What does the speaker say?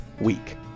week